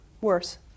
worse